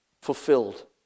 fulfilled